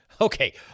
Okay